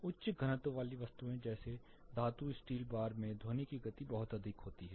उच्च घनत्व वाली वस्तुएं जैसे धातु स्टील बार मे ध्वनि की गति बहुत अधिक होती है